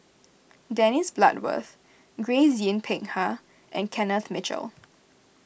Dennis Bloodworth Grace Yin Peck Ha and Kenneth Mitchell